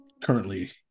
currently